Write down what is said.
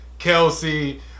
Kelsey